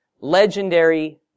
legendary